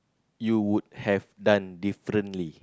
you would have done differently